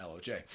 LOJ